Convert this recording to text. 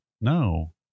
No